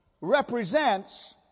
represents